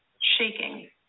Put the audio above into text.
Shaking